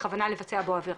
בכוונה לבצע בו עבירה,